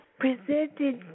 presented